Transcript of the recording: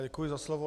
Děkuji za slovo.